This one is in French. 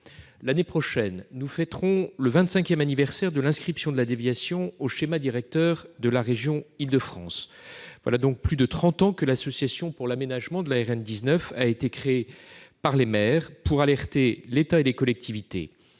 L'année prochaine, nous fêterons le vingt-cinquième anniversaire de l'inscription de la déviation au schéma directeur de la région d'Île-de-France. Voilà plus de trente ans que l'Association pour l'aménagement de la RN 19 a été créée par les maires pour alerter l'État et les collectivités.